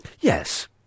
Yes